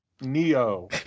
neo